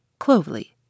Clovely